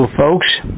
Folks